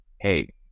hey